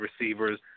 receivers